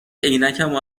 عینکمو